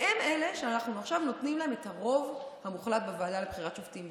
והם אלה שאנחנו עכשיו נותנים להם את הרוב המוחלט בוועדה לבחירת שופטים.